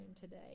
today